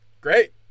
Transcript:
Great